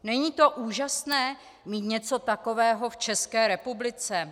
Není to úžasné, mít něco takového v České republice?